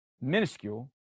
minuscule